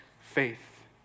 faith